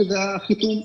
שזה החיתום,